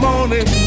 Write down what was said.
Morning